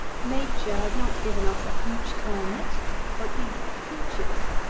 nature has not given us a peach-climate but we get peaches.